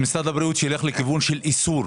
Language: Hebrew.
וגם הילדים האחרים.